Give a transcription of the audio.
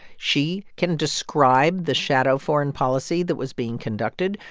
she can describe the shadow foreign policy that was being conducted.